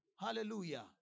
Hallelujah